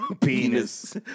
Penis